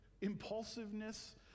impulsiveness